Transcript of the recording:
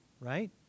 right